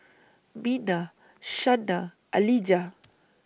Mina Shanna Alijah